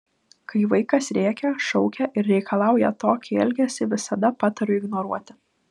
kai vaikas rėkia šaukia ir reikalauja tokį elgesį visada patariu ignoruoti